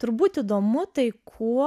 turbūt įdomu tai kuo